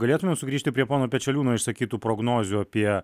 galėtume sugrįžti prie pono pečeliūno išsakytų prognozių apie